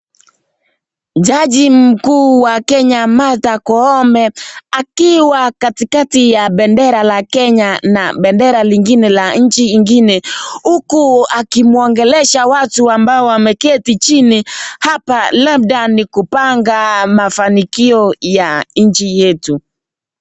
Jaji mkuu wa Kenya Martha Koome akiwa katikati ya bendera la Kenya na bendera lingine la nchi ingine huku akimwongelesha watu ambao wameketi chini. Hapa labda ni kupanga mafanikio ya nchi yetu.